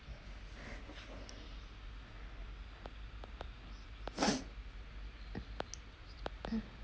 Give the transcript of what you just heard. mm